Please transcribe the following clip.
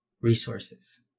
resources